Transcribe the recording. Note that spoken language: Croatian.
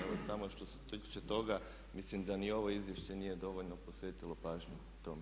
Evo, samo što se tiče toga mislim da ni ovo izvješće nije dovoljno posvetilo pažnju tome.